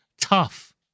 tough